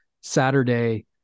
Saturday